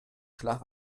schlaf